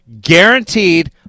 guaranteed